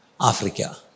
Africa